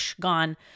gone